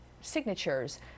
signatures